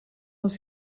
les